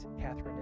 Catherine